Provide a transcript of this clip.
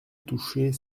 toucher